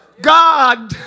God